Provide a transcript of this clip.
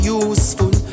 useful